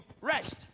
rest